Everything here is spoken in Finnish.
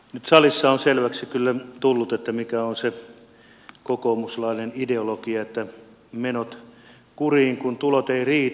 nyt salissa on selväksi kyllä tullut mikä on se kokoomuslainen ideologia että menot kuriin kun tulot eivät riitä